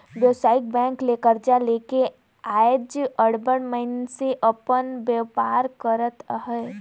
बेवसायिक बेंक ले करजा लेके आएज अब्बड़ मइनसे अपन बयपार करत अहें